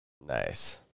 Nice